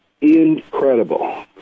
incredible